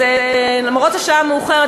אז למרות השעה המאוחרת,